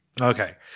okay